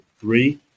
three